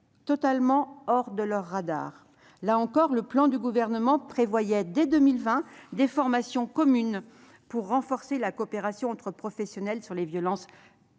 totalement hors de leurs radars. Là encore, le plan du Gouvernement prévoyait « dès 2020 des formations communes pour renforcer la coopération entre professionnels sur les violences